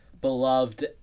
beloved